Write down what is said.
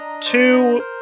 two